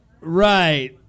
Right